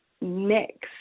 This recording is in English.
next